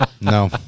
No